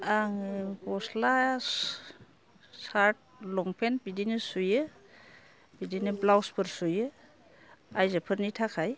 आङो गस्ला सार्त लंपेन्ट बिदिनो सुयो बिदिनो ब्लावसफोर सुयो आइजोफोरनि थाखाय